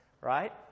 right